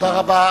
תודה רבה.